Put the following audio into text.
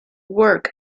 work